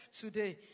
today